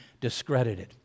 discredited